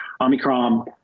Omicron